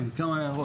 כן, כמה הערות.